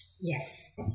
Yes